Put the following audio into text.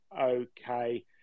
okay